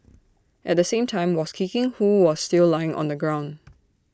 at the same time was kicking who was still lying on the ground